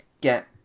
get